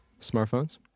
smartphones